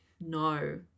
no